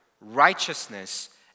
righteousness